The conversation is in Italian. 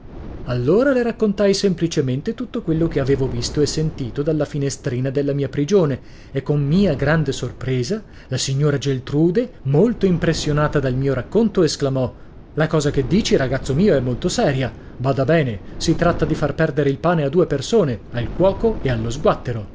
allora le raccontai semplicemente tutto quello che avevo visto e sentito dalla finestrino della mia prigione e con mia grande sorpresa la signora geltrude molto impressionata dal mio racconto esclamò la cosa che dici ragazzo mio è molto seria bada bene si tratta di far perdere il pane a due persone al cuoco e allo sguattero